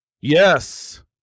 Yes